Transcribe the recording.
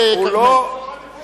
לנחלים ולכפרים הערביים בגדה המערבית,